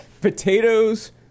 Potatoes